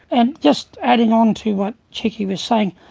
and just adding on to what chicky was saying,